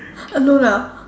alone ah